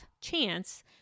chance